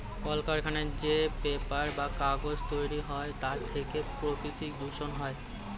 কলকারখানায় যে পেপার বা কাগজ তৈরি হয় তার থেকে প্রাকৃতিক দূষণ হয়